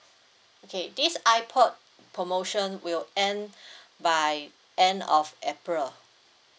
okay this ipod promotion will end by end of april